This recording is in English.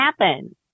happen